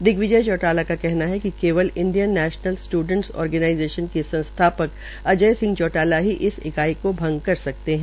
दिग्विजय चौटाला का कहना है कि केवल इंडियन नैशनल स्ट्डेंट आर्गेनाईजेंशन के संस्थापक अजय सिंह चौटाला ही इस इकाई को भंग कर सकते है